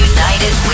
United